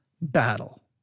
battle